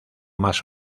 más